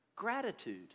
Gratitude